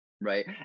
Right